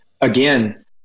again